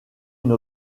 une